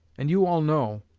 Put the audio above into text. and you all know,